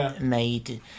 made